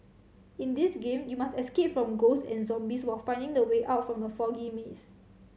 in this game you must escape from ghosts and zombies while finding the way out from the foggy maze